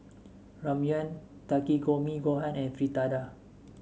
Ramyeon Takikomi Gohan and Fritada